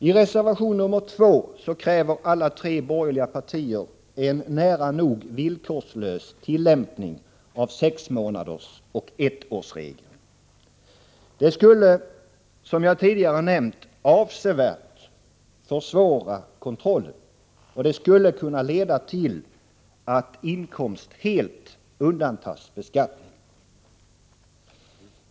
I reservation 2 kräver alla tre borgerliga partier en nära nog villkorslös tillämpning av sexmånadersoch ettårsregeln. Det skulle, som jag tidigare nämnt, avsevärt försvåra kontrollen, och det skulle kunna leda till att inkomst helt undandras beskattning.